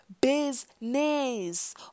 business